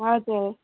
हजुर